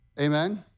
amen